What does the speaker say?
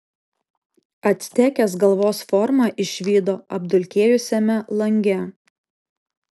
actekės galvos formą išvydo apdulkėjusiame lange